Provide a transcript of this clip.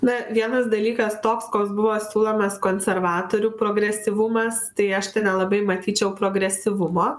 na vienas dalykas toks koks buvo siūlomas konservatorių progresyvumas tai aš tai nelabai matyčiau progresyvumo